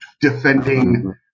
defending